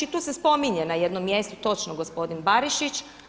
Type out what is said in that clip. I tu se spominje na jednom mjestu točno gospodin Barišić.